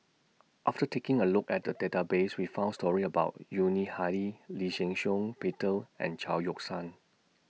after taking A Look At The Database We found stories about Yuni Hadi Lee Shih Shiong Peter and Chao Yoke San